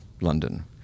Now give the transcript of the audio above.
London